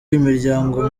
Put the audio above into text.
imiryango